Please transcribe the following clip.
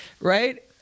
Right